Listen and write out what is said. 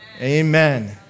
Amen